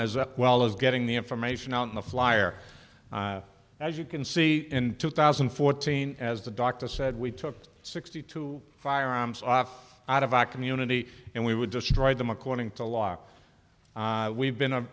as well as getting the information out on the flyer as you can see in two thousand and fourteen as the doctor said we took sixty two firearms off out of our community and we would destroy them according to law we've been